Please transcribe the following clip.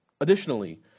Additionally